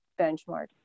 benchmark